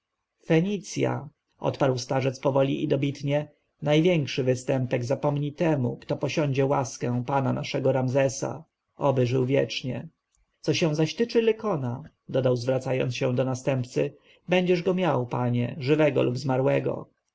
fenicja odparł starzec powoli i dobitnie największy występek zapomni temu kto posiądzie łaskę pana naszego ramzesa oby żył wiecznie co się zaś tycze lykona dodał zwracając się do następcy będziesz go miał panie żywego lub zmarłego